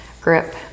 grip